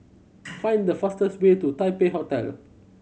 find the fastest way to Taipei Hotel